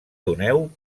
doneu